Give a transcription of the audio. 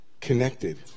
connected